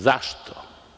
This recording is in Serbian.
Zašto?